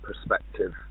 perspective